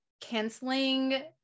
canceling